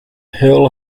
hill